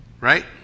right